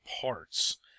parts